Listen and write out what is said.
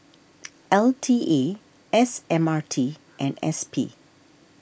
L T A S M R T and S P